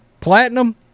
platinum